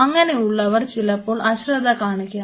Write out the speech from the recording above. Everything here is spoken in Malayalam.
അങ്ങനെ ഉള്ളവർ ചിലപ്പോൾ അശ്രദ്ധ കാണിക്കാം